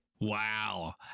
wow